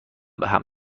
بهم